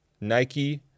Nike